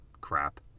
crap